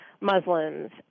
Muslims